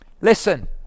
Listen